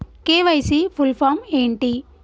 KYC full form ఏంటి?